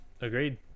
agreed